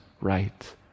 right